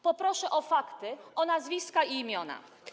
Poproszę o fakty, o nazwiska i imiona.